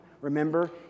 Remember